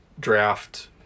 draft